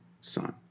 son